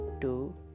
two